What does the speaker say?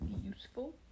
useful